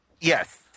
Yes